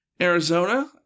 Arizona